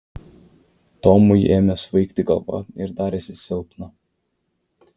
tomui ėmė svaigti galva ir darėsi silpna